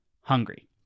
hungry